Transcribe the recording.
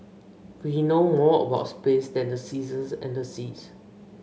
we know more about space than the seasons and the seas